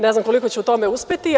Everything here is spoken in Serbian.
Ne znam koliko ću u tome uspeti.